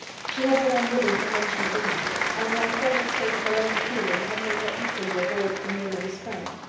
she had been unwilling to mention bingley and the unsettled state of her own feelings had made her equally avoid the name of his friend.